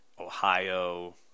Ohio